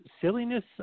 silliness